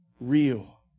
real